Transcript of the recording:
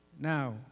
Now